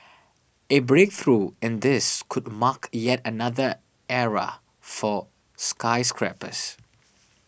a breakthrough in this could mark yet another era for skyscrapers